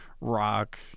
rock